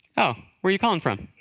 oh. where are you calling from?